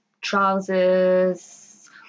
trousers